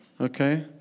okay